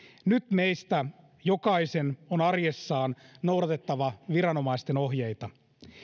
nyt meistä jokaisen on arjessaan noudatettava viranomaisten ohjeita